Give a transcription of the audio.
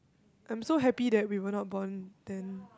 I'm so happy that we were not born then